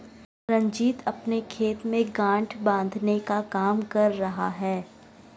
रंजीत अपने खेत में गांठ बांधने का काम कर रहा है